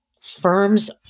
firms